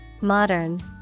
modern